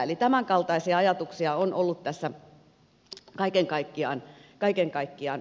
eli tämänkaltaisia ajatuksia on ollut tässä kaiken kaikkiaan taustalla